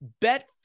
Bet